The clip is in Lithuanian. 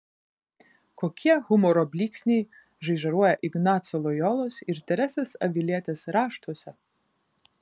kokie humoro blyksniai žaižaruoja ignaco lojolos ir teresės avilietės raštuose